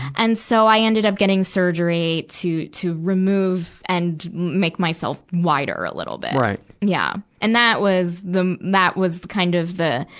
and so, i ended up getting surgery to, to remove and make myself wider a little bit. right. yeah. and that was the, that was kind of the,